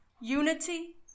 unity